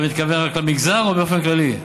אתה מתכוון רק למגזר או באופן כללי?